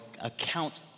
account